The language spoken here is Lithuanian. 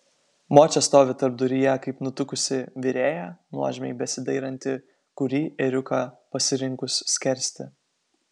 močia stovi tarpduryje kaip nutuksi virėja nuožmiai besidairanti kurį ėriuką pasirinkus skersti